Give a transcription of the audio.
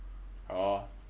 oh